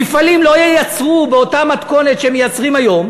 מפעלים לא ייצרו באותה מתכונת שהם מייצרים היום.